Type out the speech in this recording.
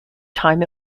time